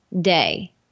day